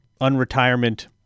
unretirement